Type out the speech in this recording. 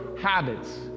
habits